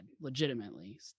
legitimately